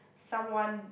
someone